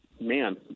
man